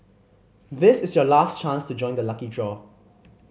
this is your last chance to join the lucky draw